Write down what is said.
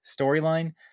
storyline